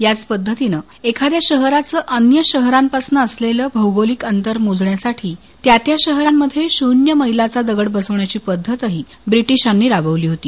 याच पद्धतीनं एखाद्या शहराचं अन्य शहरांपासून असलेलं भौगोलिक अंतर मोजण्यासाठी त्या त्या शहरांत शून्य मैलाचा दगड बसवण्याची पद्धत ब्रिटिशांनी राबवली होती